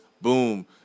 Boom